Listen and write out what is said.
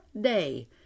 day